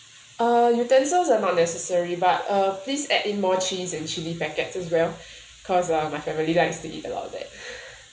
uh utensils are not necessary but uh please add in more cheese and chili packets as well cause uh my family likes to eat a lot of that